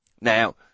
Now